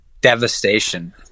devastation